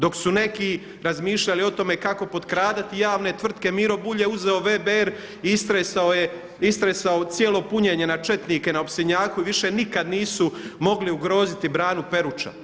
Dok su neki razmišljali o tome kako potkradati javne tvrtke Miro Bulj je uzeo VBR i istresao je cijelo punjenje na četnike na Opstinjaku i više nikad nisu mogli ugroziti branu Peruča.